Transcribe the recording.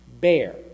bear